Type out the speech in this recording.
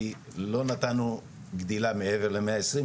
כי לא נתנו גדילה מעבר למאה עשרים,